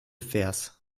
vers